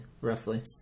roughly